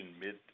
mid